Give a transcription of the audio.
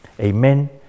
amen